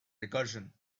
recursion